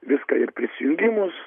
viską ir prisijungimus